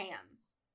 hands